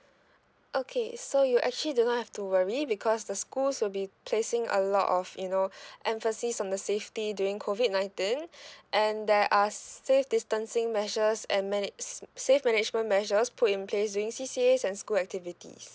okay so you actually don't have to worry because the schools will be placing a lot of you know emphasis on the safety during COVID nineteen and there are safe distancing measures and manage~ safe management measures put in place during C_C_A and school activities